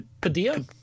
Padilla